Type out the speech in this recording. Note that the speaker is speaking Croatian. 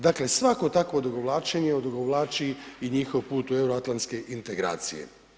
Dakle, svako takvo odugovlačenje, odugovlači i njihov put u euroatlanske integracije.